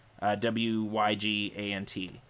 W-Y-G-A-N-T